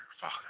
Father